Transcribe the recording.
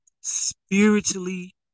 spiritually